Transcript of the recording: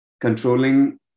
controlling